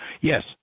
Yes